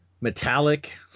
metallic